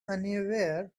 unaware